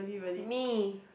me